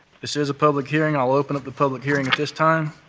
this is a public hearing. i will open up the public hearing at this time.